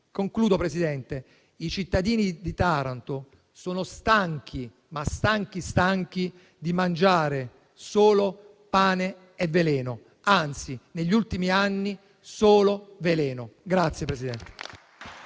Concludo, Presidente. I cittadini di Taranto sono stanchi, ma stanchi stanchi, di mangiare solo pane e veleno, anzi, negli ultimi anni solo veleno.